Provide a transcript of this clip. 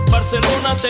Barcelona